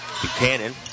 Buchanan